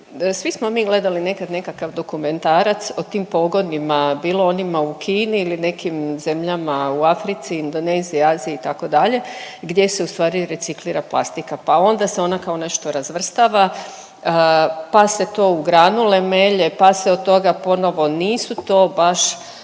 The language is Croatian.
si smo mi gledali nekad nekakav dokumentarac o tim pogonima, bilo onima u Kini ili nekim zemljama u Africi, Indoneziji, Aziji itd., gdje se u stvari reciklira plastika pa onda se ona kao nešto razvrstava pa se to u granule melje pa se od toga ponovno, nisu to baš